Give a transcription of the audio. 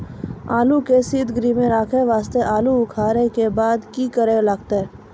आलू के सीतगृह मे रखे वास्ते आलू उखारे के बाद की करे लगतै?